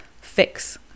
fix